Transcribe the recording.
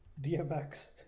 DMX